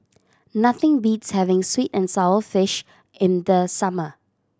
nothing beats having sweet and sour fish in the summer